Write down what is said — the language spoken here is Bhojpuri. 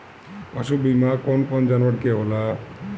पशु बीमा कौन कौन जानवर के होला?